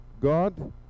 God